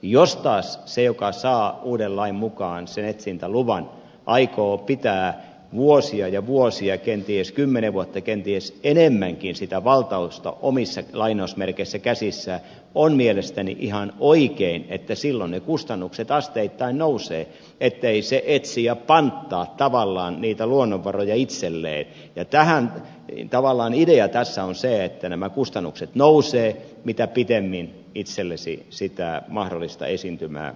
jos taas se joka saa uuden lain mukaan sen etsintäluvan aikoo pitää vuosia ja vuosia kenties kymmenen vuotta kenties enemmänkin sitä valtausta lainausmerkeissä omissa käsissään on mielestäni ihan oikein että silloin ne kustannukset asteittain nousevat ettei se etsijä panttaa tavallaan niitä luonnonvaroja itselleen ja tavallaan idea tässä on se että nämä kustannukset nousevat sen mukaan mitä pitempään itselläsi sitä mahdollista esiintymää panttaat